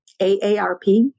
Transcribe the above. AARP